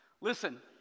listen